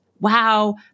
wow